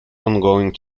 ongoing